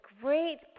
great